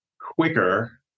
quicker